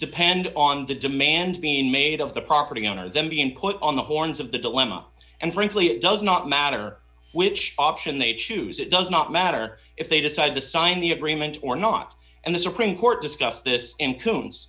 depend on the demands being made of the property owner then being put on the horns of the dilemma and frankly it does not matter which option they choose it does not matter if they decided to sign the agreement or not and the supreme court discussed this